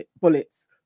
bullets